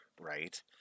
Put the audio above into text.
right